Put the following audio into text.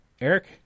Eric